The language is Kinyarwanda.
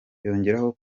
yongeraho